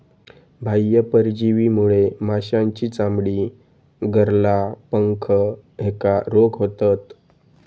बाह्य परजीवीमुळे माशांची चामडी, गरला, पंख ह्येका रोग होतत